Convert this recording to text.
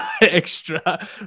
extra